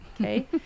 okay